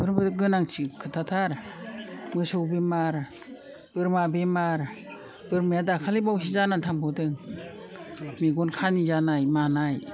बेफोरबो गोनांथि खोथाथार मोसौ बेमार बोरमा बेमार बोरमाया दाखालिबावैसो जानानै थांबावदों मेगन खानि जानाय मानाय